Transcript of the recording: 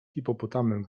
hipopotamem